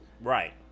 Right